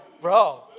bro